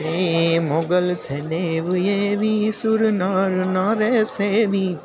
હે મોગલ છે દેવ એવી સૂર નર નરે સેવી